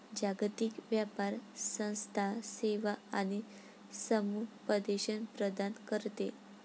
जागतिक व्यापार संस्था सेवा आणि समुपदेशन प्रदान करते